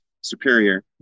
superior